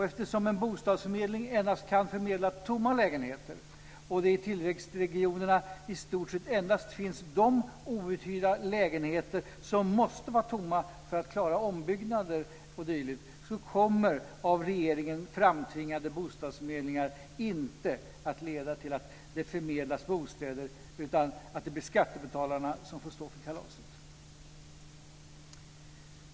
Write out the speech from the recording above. Eftersom en bostadsförmedling endast kan förmedla tomma lägenheter och det i tillväxtregionerna i stort sett endast finns de outhyrda lägenheter som måste vara tomma för att klara ombyggnader o.d. kommer av regeringen framtvingade bostadsförmedlingar inte att leda till att det förmedlas bostäder utan till att det blir skattebetalarna som får stå för kalaset.